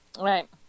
Right